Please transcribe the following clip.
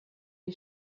die